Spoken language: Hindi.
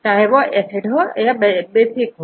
चाहे वह एसिडिक या बेसिक हो